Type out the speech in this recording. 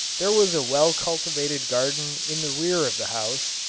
there was a well-cultivated garden in the rear of the house,